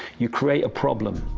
you create a problem.